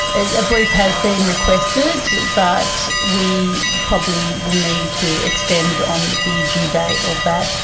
a brief has been requested but we probably will need to extend on the due date of that.